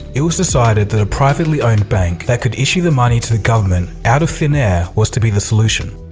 it was decided that a privately owned bank that could issue the money to the government out of thin air was to be the solution.